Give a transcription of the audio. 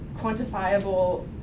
quantifiable